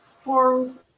forms